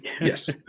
Yes